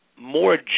more